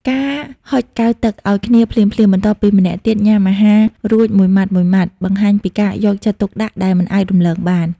ការហុចកែវទឹកឱ្យគ្នាភ្លាមៗ បន្ទាប់ពីម្នាក់ទៀតញ៉ាំអាហាររួចមួយម៉ាត់ៗ បង្ហាញពីការយកចិត្តទុកដាក់ដែលមិនអាចរំលងបាន។